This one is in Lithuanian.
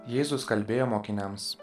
jėzus kalbėjo mokiniams